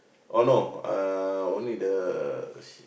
oh no uh only the